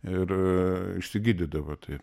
ir išsigydydavo taip